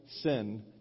sin